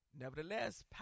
Nevertheless